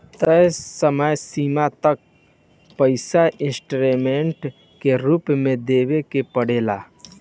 तय समय सीमा तक तय पइसा इंस्टॉलमेंट के रूप में देवे के पड़ेला